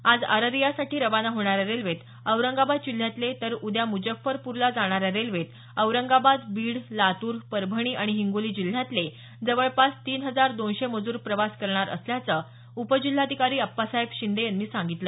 आज अररियासाठी खाना होणाऱ्या रेल्वेत औरंगाबाद जिल्ह्यातले तर उद्या मुझफ्फरपूरला जाणाऱ्या रेल्वेत औरंगाबाद बीड लातूर परभणी आणि हिंगोली जिल्ह्यातले जवळपास तीन हजार दोनशे मजूर प्रवास करणार असल्याचं उपजिल्हाधिकारी अप्पासाहेब शिंदे यांनी सांगितलं